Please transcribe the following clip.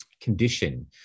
condition